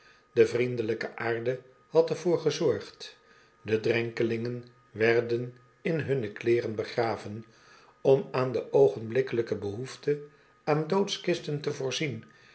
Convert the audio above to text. de vriendelijke aarde had er voor gezorgd de drenkelingen werden in hunne weeren begraven om aan de oogenblikkelijke behoefte aan doodkisten te voorzien